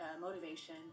motivation